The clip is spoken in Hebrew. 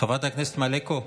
חברת הכנסת מלקו,